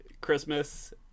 Christmas